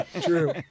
true